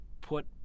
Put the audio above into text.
put